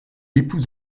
épouse